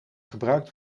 gebruikt